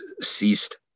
ceased